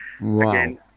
Wow